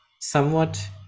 somewhat